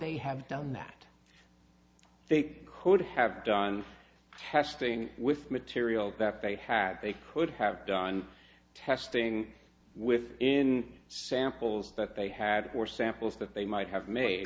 they have done that they could have done testing with materials that they had they could have done testing with in samples that they had or samples but they might have made